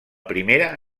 primera